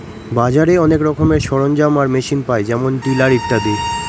বাজারে অনেক রকমের সরঞ্জাম আর মেশিন পায় যেমন টিলার ইত্যাদি